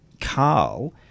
Carl